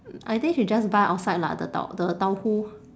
I think she just buy outside lah the tau~ the tauhu